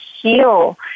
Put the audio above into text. heal